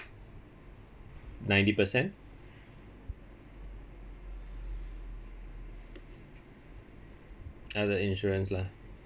ninety percent other insurance lah